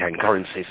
currencies